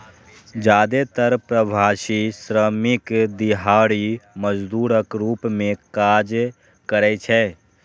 जादेतर प्रवासी श्रमिक दिहाड़ी मजदूरक रूप मे काज करै छै